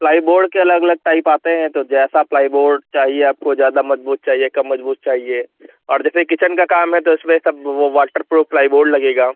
ply board के अलग अलग टाइप आते हैं तो जैसा प्लाई बोर्ड चाहिए आपको ज्यादा मजबूत चाहिए कम मजबूत चाहिए और जैसे किचेन का काम है तो इसमें सब वो वॉटरप्रूफ़ प्लाई बोर्ड लगेगा